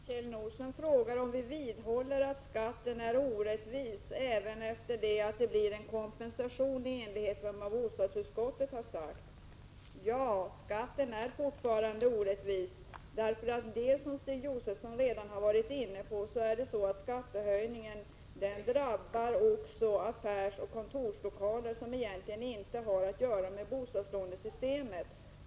Fru talman! Kjell Nordström frågade om vi vidhåller att skatten är orättvis även efter det att det blir en kompensation i enlighet med vad bostadsutskottet har sagt. Ja, skatten är fortfarande orättvis, för som Stig Josefson redan varit inne på drabbar skattehöjningen också affärsoch kontorslokaler, som egentligen inte har att göra med bostadslånesystemet.